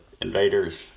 invaders